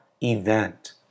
event